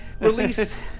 release